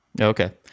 Okay